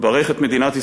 ברך את מדינת ישראל,